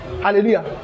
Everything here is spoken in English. Hallelujah